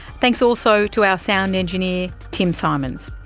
thanks also to our sound engineer tim symonds.